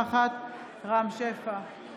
אינה נוכחת רם שפע,